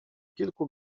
kilku